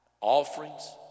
offerings